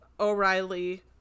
o'reilly